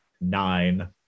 nine